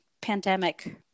pandemic